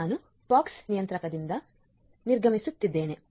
ನಾನು POX ನಿಯಂತ್ರಕದಿಂದ ನಿರ್ಗಮಿಸುತ್ತಿದ್ದೇನೆ